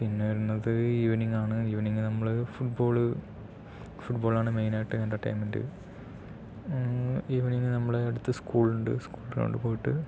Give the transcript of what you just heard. പിന്നെ വരുന്നത് ഈവെനിങ്ങാണ് ഈവനിംഗ് നമ്മൾ ഫുട് ബോൾ ഫുട് ബോളാണ് മെയിനായിട്ട് എൻറ്റർടൈൻമെന്റ്റ് ഈവനിംഗ് നമ്മൾ ഇവിടെ അടുത്ത് സ്കൂളുണ്ട് സ്കൂൾ ഗ്രൗണ്ട് പോയിട്ട്